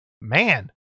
man